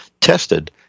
tested